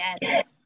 yes